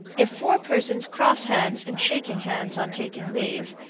if four persons cross hands in shaking hands on taking leave,